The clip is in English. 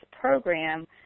program